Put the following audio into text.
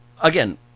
again